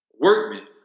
workmen